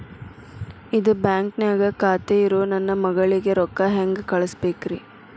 ಇದ ಬ್ಯಾಂಕ್ ನ್ಯಾಗ್ ಖಾತೆ ಇರೋ ನನ್ನ ಮಗಳಿಗೆ ರೊಕ್ಕ ಹೆಂಗ್ ಕಳಸಬೇಕ್ರಿ?